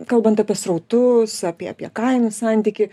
kalbant apie srautus apie apie kainų santykį